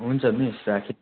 हुन्छ मिस राखेँ